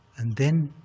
and then,